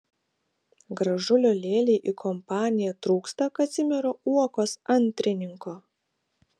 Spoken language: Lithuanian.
gražulio lėlei į kompaniją trūksta kazimiero uokos antrininko